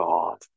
God